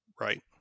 Right